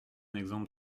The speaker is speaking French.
exemple